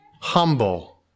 humble